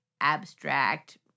abstract